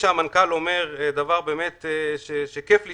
המנכ"ל אומר דבר שכיף לשמוע,